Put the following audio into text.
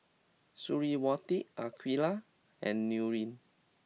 Suriawati Aqeelah and Nurin